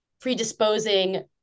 predisposing